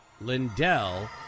Lindell